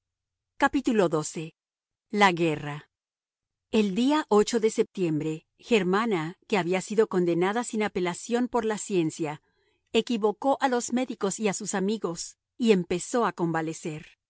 xii la guerra el día de septiembre germana que había sido condenada sin apelación por la ciencia equivocó a los médicos y a sus amigos y empezó a